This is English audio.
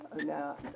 Now